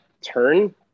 turn